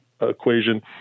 equation